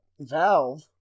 Valve